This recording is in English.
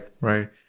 right